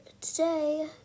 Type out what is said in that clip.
today